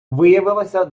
виявилася